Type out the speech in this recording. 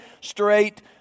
straight